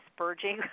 spurging